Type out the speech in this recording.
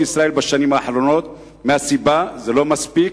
ישראל בשנים האחרונות מהסיבה שזה לא מספיק,